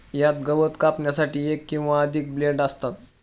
यात गवत कापण्यासाठी एक किंवा अधिक ब्लेड असतात